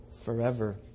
forever